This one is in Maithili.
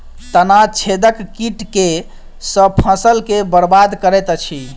तना छेदक कीट केँ सँ फसल केँ बरबाद करैत अछि?